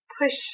Push